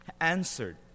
answered